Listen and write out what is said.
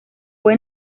fue